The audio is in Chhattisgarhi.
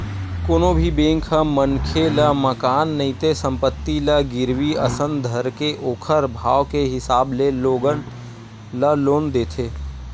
कोनो भी बेंक ह मनखे ल मकान नइते संपत्ति ल गिरवी असन धरके ओखर भाव के हिसाब ले लोगन ल लोन देथे